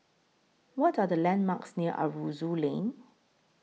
What Are The landmarks near Aroozoo Lane